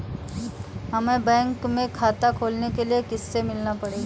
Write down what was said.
हमे बैंक में खाता खोलने के लिए किससे मिलना पड़ेगा?